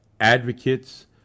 advocates